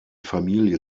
familie